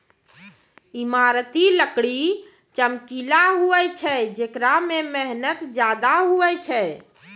ईमारती लकड़ी चमकिला हुवै छै जेकरा मे मेहनत ज्यादा हुवै छै